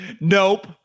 Nope